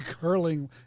Curling